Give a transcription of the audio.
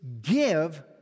give